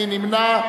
מי נמנע?